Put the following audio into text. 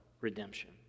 redemption